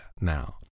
now